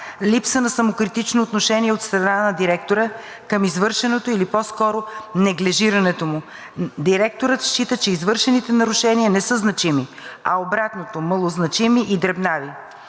липса на самокритично отношение от страна на директора към извършеното или по-скоро неглижирането му. Директорът счита, че извършените нарушения не са значими, а обратното – малозначими и дребнави.